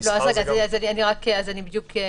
אני אסביר.